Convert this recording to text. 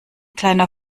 kleiner